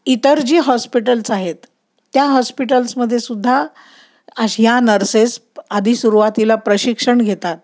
इतर जी हॉस्पिटल्स आहेत त्या हॉस्पिटल्समध्येसुद्धा ह्या नर्सेस आधी सुरवातीला प्रशिक्षण घेतात